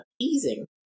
easing